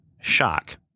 shock